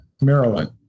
Maryland